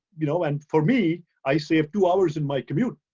you know and for me, i save two hours in my commute,